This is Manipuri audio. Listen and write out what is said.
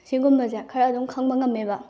ꯁꯤꯒꯨꯝꯕꯁꯦ ꯈꯔ ꯑꯗꯨꯝ ꯈꯪꯕ ꯉꯝꯃꯦꯕ